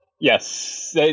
Yes